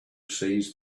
seized